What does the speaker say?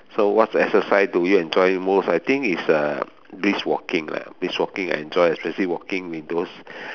so what exercise do you enjoy most I think it's uh brisk walking lah brisk walking I enjoy especially walking in those